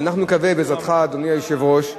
אנחנו נקווה בעזרתך, אדוני היושב-ראש.